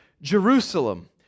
Jerusalem